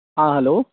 हँ हैल्लो